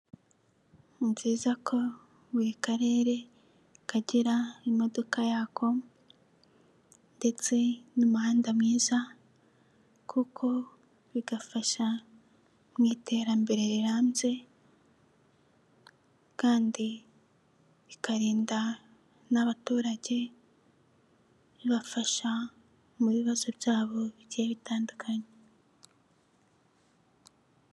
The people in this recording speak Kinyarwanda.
Ni byiza ko buri karere kagira imodoka yako ndetse n'umuhanda mwiza kuko bigafasha mu iterambere rirambye kandi bikarinda n'abaturage, bibafasha mu bibazo byabo bigiye bitandukanye.